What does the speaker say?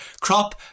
Crop